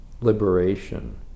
liberation